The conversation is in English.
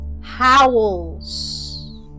Howls